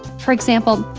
for example,